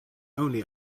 only